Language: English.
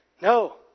No